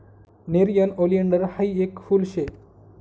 nerium oleander हायी येक फुल शे